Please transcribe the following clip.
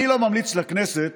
אני לא ממליץ לכנסת